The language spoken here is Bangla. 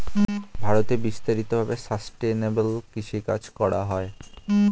ভারতে বিস্তারিত ভাবে সাসটেইনেবল কৃষিকাজ পালন করা হয়